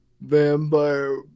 vampire